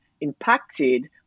impacted